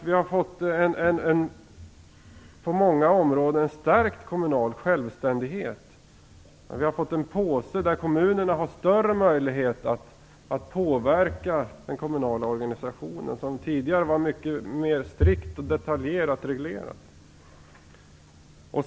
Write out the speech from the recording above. Vi har fått en på många områden stärkt kommunal självständighet. Kommunerna har större möjlighet att påverka den kommunala organisationen. Tidigare var det mycket mer strikt och detaljreglerat.